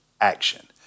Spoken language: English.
action